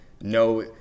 no